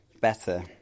better